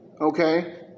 okay